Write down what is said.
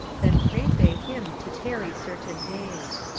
then prayed they him to tarry certain days.